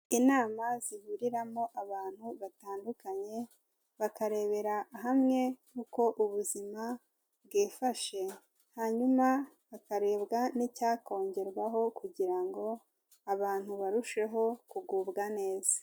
Inama zihuriramo abantu batandukanye, bakarebera hamwe uko ubuzima bwifashe, hanyuma hakarebwa n'icyakongerwaho kugira ngo abantu barusheho kugubwa neza.